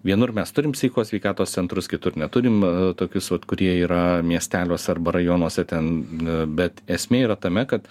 vienur mes turim psichikos sveikatos centrus kitur neturim tokius vat kurie yra miesteliuose arba rajonuose ten bet esmė yra tame kad